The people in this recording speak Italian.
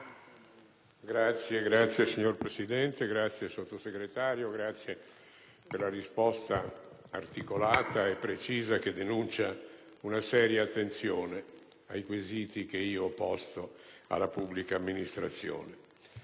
*(PdL)*. Signor Presidente, ringrazio il sottosegretario Pizza per la risposta articolata e precisa che segnala una seria attenzione ai quesiti che ho posto alla pubblica amministrazione.